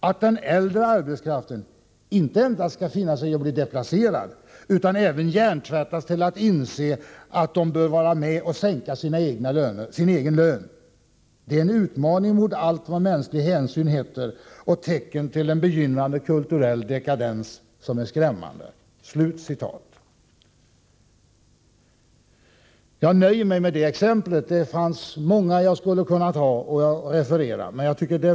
Att den äldre arbetskraften inte endast skall finna sig i att bli deplacerad utan även hjärntvättas till att inse att de bör vara med och sänka sin egen lön!! Det är en utmaning mot allt vad mänsklig hänsyn heter och tecken till en begynnande kulturell dekadens som är skrämmande.” Jag nöjer mig med det exemplet. Det finns många som jag skulle kunna Nr 30 referera.